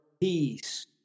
peace